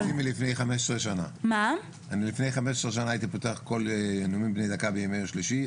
לפני 15 שנה הייתי פותח את כל הנאומים בני דקה בימי שלישי,